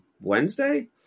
Wednesday